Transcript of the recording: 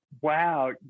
wow